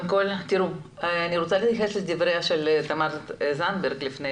אני רוצה להתייחס לדבריה של תמר זנדברג לפני